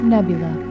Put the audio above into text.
Nebula